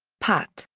pat,